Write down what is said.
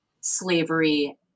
slavery